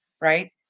right